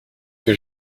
que